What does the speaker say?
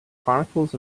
chronicles